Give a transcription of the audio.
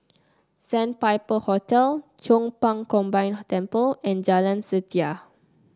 Sandpiper Hotel Chong Pang Combined Temple and Jalan Setia